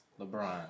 Lebron